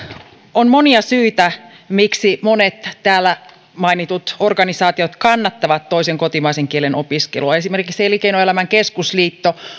on monia syitä miksi monet täällä mainitut organisaatiot kannattavat toisen kotimaisen kielen opiskelua esimerkiksi elinkeinoelämän keskusliitto